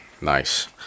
Nice